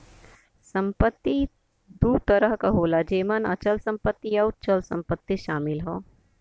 संपत्ति दू तरह क होला जेमन अचल संपत्ति आउर चल संपत्ति शामिल हौ